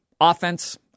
Offense